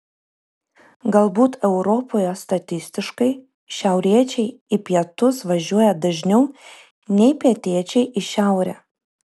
galbūt europoje statistiškai šiauriečiai į pietus važiuoja dažniau nei pietiečiai į šiaurę